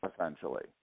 essentially